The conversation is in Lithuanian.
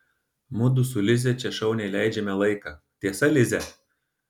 mudu su lize čia šauniai leidžiame laiką tiesa lize